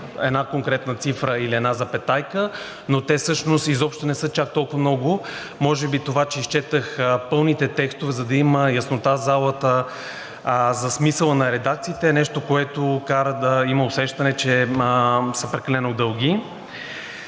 една конкретна цифра или една запетайка, но те всъщност изобщо не са чак толкова много. Може би това, че изчетох пълните текстове, за да има яснота залата за смисъла на редакциите, е нещо, което кара да се има усещане, че са прекалено дълги.